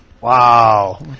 Wow